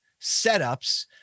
setups